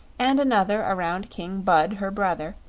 and another around king bud, her brother,